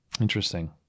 Interesting